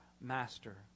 master